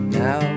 now